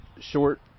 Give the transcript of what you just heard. short